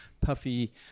puffy